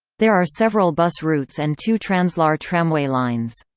there are several bus routes and two translohr tramway lines.